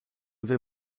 vais